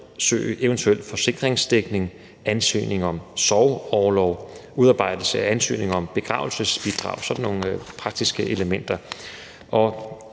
undersøge eventuel forsikringsdækning, med at ansøge om sorgorlov, med udarbejdelse af ansøgning om begravelsesbidrag og sådan nogle praktiske elementer.